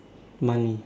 money